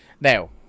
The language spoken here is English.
Now